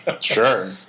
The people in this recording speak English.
Sure